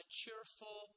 cheerful